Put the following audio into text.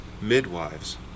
midwives